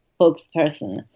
spokesperson